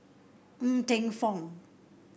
Ng Teng Fong